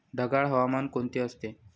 ढगाळ हवामान कोणते असते?